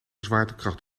zwaartekracht